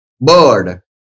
bird